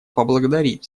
поблагодарить